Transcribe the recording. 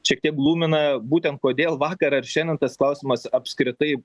šiek tiek glumina būtent kodėl vakar ar šiandien tas klausimas apskritai